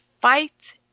fight